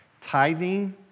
Tithing